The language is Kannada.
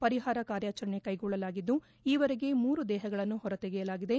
ಪರಿಪಾರ ಕಾರ್ಯಾಚರಣೆ ಕೈಗೊಳ್ಳಲಾಗಿದ್ದು ಈವರೆಗೆ ಮೂರು ದೇಪಗಳನ್ನು ಹೊರತೆಗೆಯಲಾಗಿದೆ